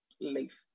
leave